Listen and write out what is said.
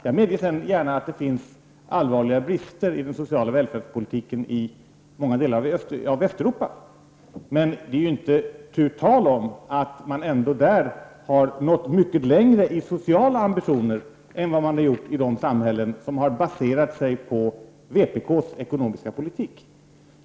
Jag medger i övrigt gärna att det finns allvarliga brister i den sociala välfärdspolitiken i många delar av Västeuropa, men det är inte tu tal om att man där ändå nått mycket längre i sina sociala ambitioner än vad man har gjort i de samhällen som har baserat sig på vpk-s ekonomiska politik.